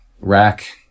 rack